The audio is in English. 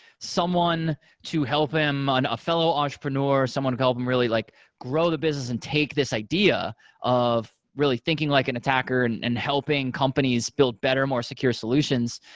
someone to help him, a fellow entrepreneur, someone to help him really like grow the business and take this idea of really thinking like an attacker and and helping companies build better, more secure solutions.